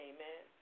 Amen